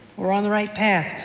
are on the right path,